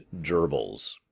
gerbils